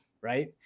right